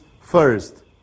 first